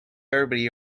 everybody